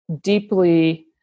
deeply